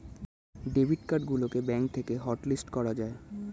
debit card গুলোকে bank থেকে hotlist করা যায়